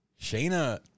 Shayna